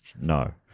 No